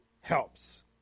helps